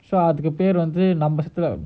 so அதுக்குபேருவந்து:athuku peru vandhu